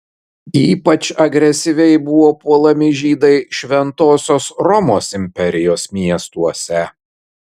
ypač agresyviai buvo puolami žydai šventosios romos imperijos miestuose